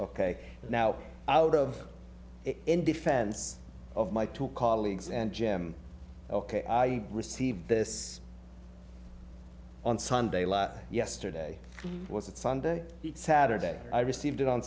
ok now out of it in defense of my two colleagues and jim ok i received this on sunday lot yesterday was it sunday saturday i received it on